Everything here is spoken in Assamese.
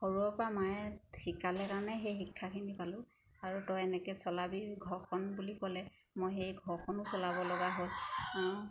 সৰুৰেপৰা মায়ে শিকালে কাৰণে সেই শিক্ষাখিনি পালোঁ আৰু তই এনেকৈ চলাবি ঘৰখন বুলি ক'লে মই সেই ঘৰখনো চলাব লগা হ'ল আৰু